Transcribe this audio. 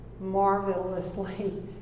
marvelously